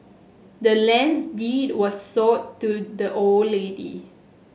the land's deed was sold to the old lady